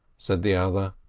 said the other.